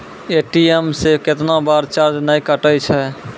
ATM से कैतना बार चार्ज नैय कटै छै?